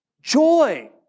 joy